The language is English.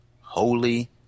holy